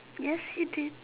yes it is